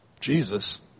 Jesus